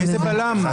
איזה בלם?